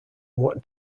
what